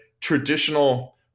traditional